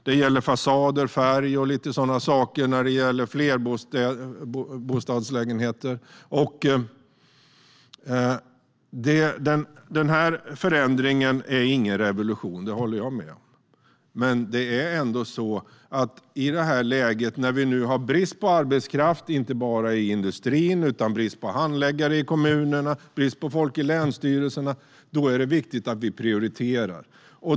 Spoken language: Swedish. Det gäller fasader, färg och lite sådana saker för hus med flera lägenheter. Denna förändring är ingen revolution; det håller jag med om. Men i ett läge där vi inte bara har brist på arbetskraft i industrin utan också brist på handläggare i kommunerna och brist på folk i länsstyrelserna är det viktigt att vi prioriterar.